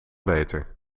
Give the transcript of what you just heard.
beter